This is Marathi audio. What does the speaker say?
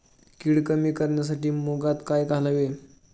कीड कमी करण्यासाठी मुगात काय घालावे?